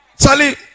Charlie